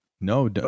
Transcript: No